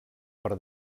per